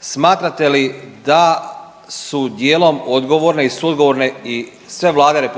smatrate li da su dijelom odgovorne i suodgovorne i sve vlade RH